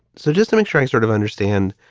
so just to make sure i sort of understand.